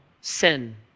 sin